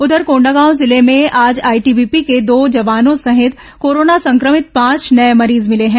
उधर कोंडागांव जिले में आज आईटीबीपी के दो जवानों सहित कोरोना संक्रमित पांच नये मरीज मिले हैं